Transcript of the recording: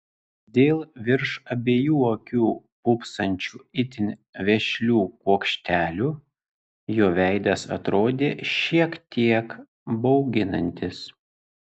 dėl virš abiejų akių pūpsančių itin vešlių kuokštelių jo veidas atrodė šiek tiek bauginantis